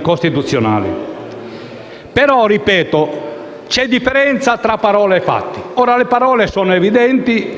costituzionali. Però - ripeto - c'è differenza tra parole e fatti. Le parole sono evidenti;